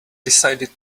decided